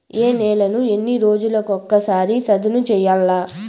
ఏ నేలను ఎన్ని రోజులకొక సారి సదును చేయల్ల?